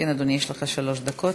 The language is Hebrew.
אדוני, יש לך שלוש דקות.